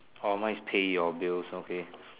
orh mine is pay your bills okay